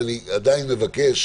אבל אני עדיין מבקש